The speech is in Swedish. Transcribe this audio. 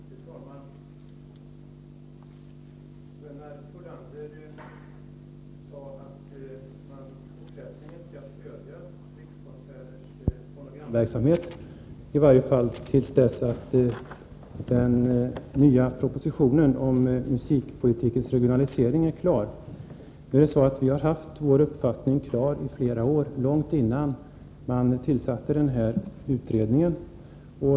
Fru talman! Gunnar Thollander sade att man i fortsättningen borde stödja Rikskonserters fonogramverksamhet, i varje fall till dess att propositionen om musikpolitikens regionalisering är klar. Nu är det så att vi har haft vår uppfattning i flera år, dvs. långt innan man tillsatte den här utredningen.